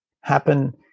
happen